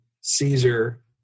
Caesar